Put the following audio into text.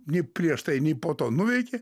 nei prieš tai nei po to nuveikė